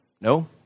No